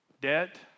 debt